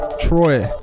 Troy